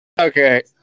Okay